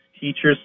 teacher's